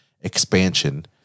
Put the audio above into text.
expansion